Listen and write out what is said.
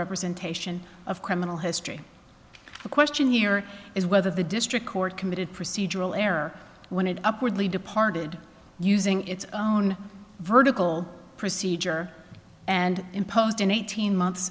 representation of criminal history the question here is whether the district court committed procedural error when it upwardly departed using its own vertical procedure and imposed an eighteen months